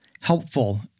helpful